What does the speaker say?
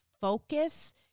focus